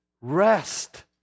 rest